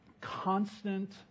constant